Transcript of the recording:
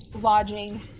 lodging